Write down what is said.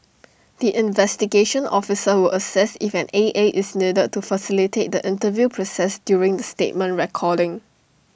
the investigation officer will assess if an A A is needed to facilitate the interview process during the statement recording